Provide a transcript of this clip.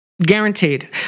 Guaranteed